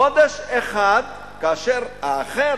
חודש אחד, כאשר האחר